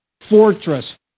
fortress